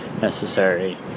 necessary